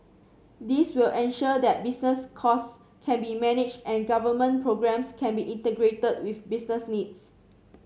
this will ensure that business costs can be managed and government programmes can be integrated with business needs